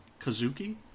Kazuki